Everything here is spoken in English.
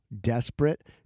desperate